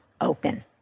open